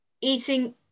eating